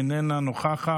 איננה נוכחת.